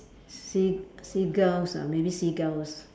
sea seagulls ah maybe seagulls